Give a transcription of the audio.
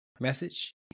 message